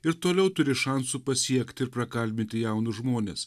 ir toliau turi šansų pasiekti ir prakalbinti jaunus žmones